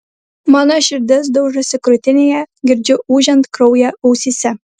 mano širdis daužosi krūtinėje girdžiu ūžiant kraują ausyse